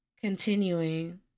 continuing